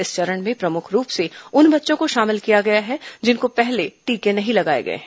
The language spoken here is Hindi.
इस चरण में प्रमुख रूप से उन बच्चों को शामिल किया गया है जिनको पहले टीके नहीं लगाए गए हैं